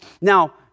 Now